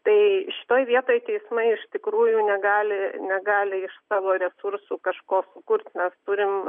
tai šitoj vietoj teismai iš tikrųjų negali negali iš savo resursų kažko sukurt mes turim